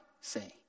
say